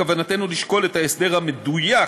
בכוונתנו לשקול את ההסדר המדויק